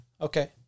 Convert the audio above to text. okay